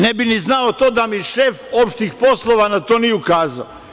Ne bi ni znao to da mi šef opštih poslova na to nije ukazao.